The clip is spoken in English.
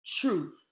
Truth